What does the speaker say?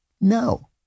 no